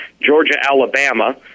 Georgia-Alabama